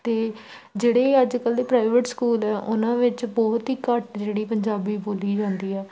ਅਤੇ ਜਿਹੜੇ ਅੱਜ ਕੱਲ੍ਹ ਦੇ ਪ੍ਰਾਈਵੇਟ ਸਕੂਲ ਆ ਉਹਨਾਂ ਵਿੱਚ ਬਹੁਤ ਹੀ ਘੱਟ ਜਿਹੜੀ ਪੰਜਾਬੀ ਬੋਲੀ ਜਾਂਦੀ ਆ